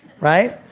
right